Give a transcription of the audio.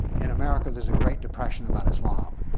in america there is a great depression about islam.